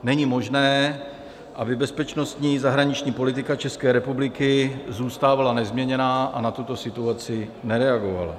Není možné, aby bezpečnostní zahraniční politika České republiky zůstávala nezměněná a na tuto situaci nereagovala.